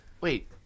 wait